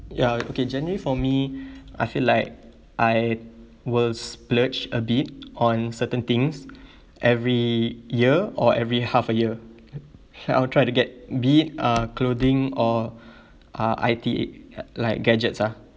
ya okay generally for me I feel like I will splurge a bit on certain things every year or every half a year I'll try to get be it uh clothing or uh I_T uh like gadgets ah